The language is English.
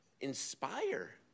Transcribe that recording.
inspire